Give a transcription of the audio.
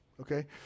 okay